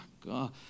God